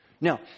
Now